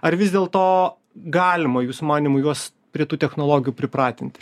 ar vis dėl to galima jūsų manymu juos prie tų technologijų pripratinti